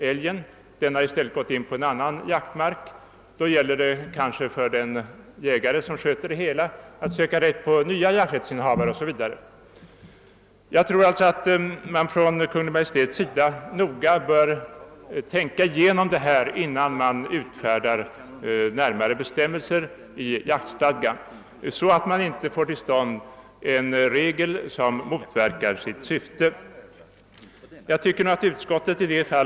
Älgen har gått in på en annans jaktmark, och då gäller det kanske för den jägare som sköter det hela att söka rätt på en ny jakträttsinnehavare 0. s. V. Jag tror alltså att Kungl. Maj:t noga bör tänka igenom detta problem innan man utfärdar närmare bestämmelser i jaktstadgan, så att man inte får till stånd en regel som motverkar sitt syfte. Utskottet har i detta fall skrivit mycket magert.